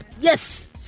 Yes